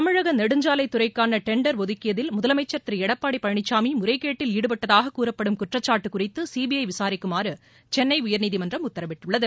தமிழக நெடுஞ்சாலை துறைக்கான டெண்டர் ஒதுக்கியதில் முதலமைச்சர் திரு எடப்பாடி பழனிசாமி முறைகேட்டில் ஈடுபட்டதாக கூறப்படும் குற்றச்சாட்டு குறித்து சிபிஐ விசாரிக்குமாறு சென்னை உயர்நீதிமன்றம் உத்தரவிட்டுள்ளது